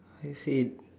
I see